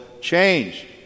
change